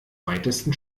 weitesten